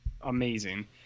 amazing